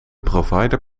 provider